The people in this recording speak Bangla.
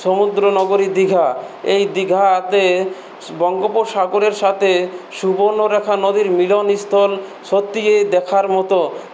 সমুদ্রনগরী দীঘা এই দীঘাতে স বঙ্গোপসাগরের সাথে সুবর্ণরেখা নদীর মিলন স্থল সত্যি ইয়ে দেখার মতো